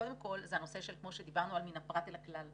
קודם כל, הנושא עליו דיברנו והוא מן הפרט אל הכלל.